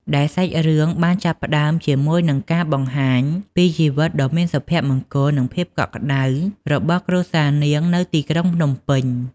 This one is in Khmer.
ដែលសាច់រឿងបានចាប់ផ្ដើមជាមួយនឹងការបង្ហាញពីជីវិតដ៏មានសុភមង្គល និងភាពកក់ក្ដៅរបស់គ្រួសារនាងនៅទីក្រុងភ្នំពេញ។